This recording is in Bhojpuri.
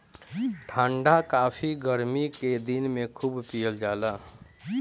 ठंडा काफी गरमी के दिन में खूब पियल जाला